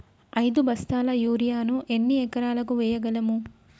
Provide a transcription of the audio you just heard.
ఐదు బస్తాల యూరియా ను ఎన్ని ఎకరాలకు వేయగలము?